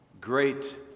great